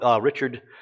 Richard